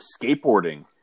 skateboarding